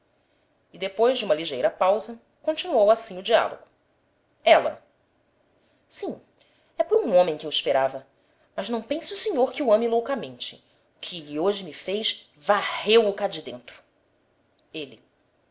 depois de uma ligeira pausa continuou assim o diálogo ela sim é por um homem que eu esperava mas não pense o senhor que o ame loucamente o que ele hoje me fez varreu o cá de dentro ele